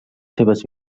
seves